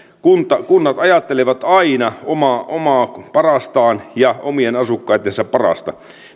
kunnat ajattelevat aina omaa omaa parastaan ja omien asukkaittensa parasta